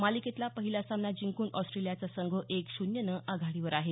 मालिकेतला पहिला सामना जिंकून ऑस्ट्रेलियाचा संघ एक शून्यनं आघाडीवर आहे